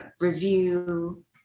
review